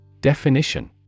Definition